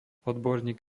odborník